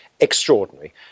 extraordinary